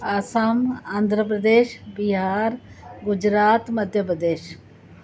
Assam Andhra Pradesh Bihar Gujarat Madhya Pradesh